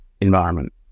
environment